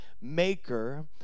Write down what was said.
maker